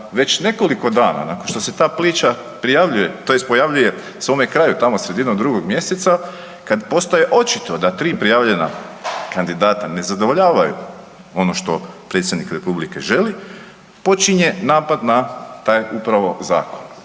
već nekoliko dana nakon što se ta priča prijavljuje, tj. pojavljuje svome kraju, tamo sredinom 2. mj., kad postaje očito da 3 prijavljena kandidata ne zadovoljavaju ono što predsjednik republike želi, počinje napad na taj upravo zakon.